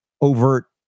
overt